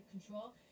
control